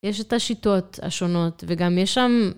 יש את השיטות השונות, וגם יש שם...